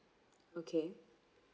okay